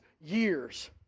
years